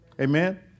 Amen